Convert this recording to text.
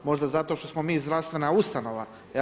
Možda zato što smo mi zdravstvena ustanova.